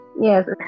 yes